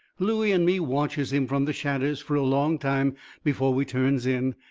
looey and me watches him from the shadders fur a long time before we turns in,